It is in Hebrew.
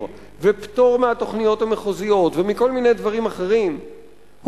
ופטור מהתוכניות המחוזיות ומכל מיני דברים אחרים,